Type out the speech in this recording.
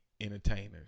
entertainers